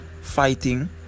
fighting